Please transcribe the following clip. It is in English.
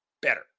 better